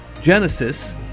Genesis